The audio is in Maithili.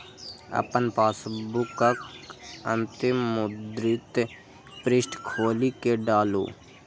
अपन पासबुकक अंतिम मुद्रित पृष्ठ खोलि कें डालू